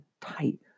tight